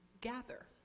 gather